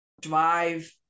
drive